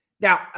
Now